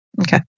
Okay